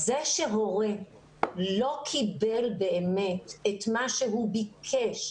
זה שהורה לא קיבל באמת את מה שהוא ביקש,